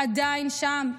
עדיין שם.